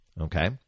Okay